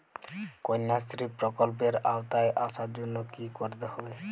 কন্যাশ্রী প্রকল্পের আওতায় আসার জন্য কী করতে হবে?